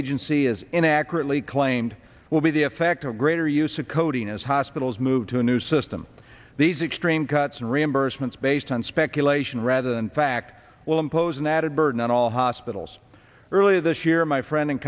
agency is inaccurately claimed will be the effect of greater use of coding as hospitals move to a new system these extreme cuts and reimbursements based on speculation rather than fact will impose an added burden on all hospitals earlier this year my friend